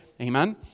Amen